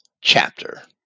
chapter